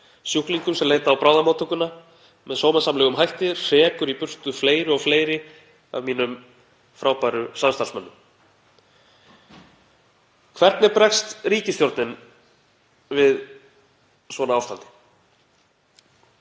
sjúklingum sem [leita á bráðamóttökuna], með sómasamlegum hætti hrekur burtu fleiri og fleiri af mínum frábæru samstarfsmönnum.“ Hvernig bregst ríkisstjórnin við svona ástandi,